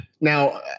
Now